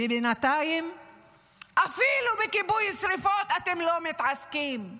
בינתיים אפילו בכיבוי שרפות אתם לא מתעסקים.